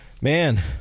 man